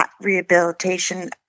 Rehabilitation